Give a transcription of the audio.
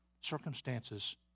circumstances